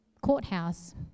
courthouse